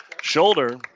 shoulder